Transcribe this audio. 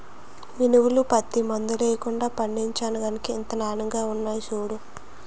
మినుములు, పత్తి మందులెయ్యకుండా పండించేను గనకే ఇంత నానెంగా ఉన్నాయ్ సూడూ